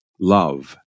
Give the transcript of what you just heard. love